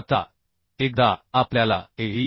आता एकदा आपल्याला Ae